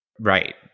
Right